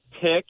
pick